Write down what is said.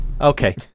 Okay